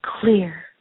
clear